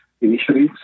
initiatives